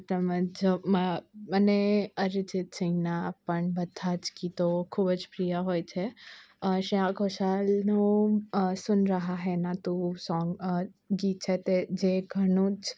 તમે જો મને અરિજીત સિંઘના પણ બધા જ ગીતો ખૂબ જ પ્રિય હોય છે શ્રેયા ઘોષાલનું સુન રહા હેના તું સોંગ ગીત છે તે જે ઘણું જ